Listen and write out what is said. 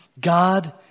God